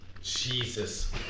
Jesus